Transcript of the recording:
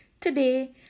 Today